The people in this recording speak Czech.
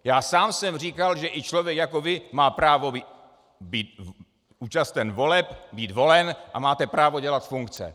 Já sám jsem říkal, že i člověk jako vy má právo být účasten voleb, být volen a máte právo dělat funkce.